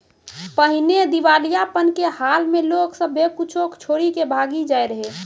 पहिने दिबालियापन के हाल मे लोग सभ्भे कुछो छोरी के भागी जाय रहै